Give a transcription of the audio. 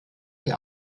die